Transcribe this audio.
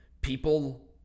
People